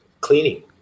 Cleaning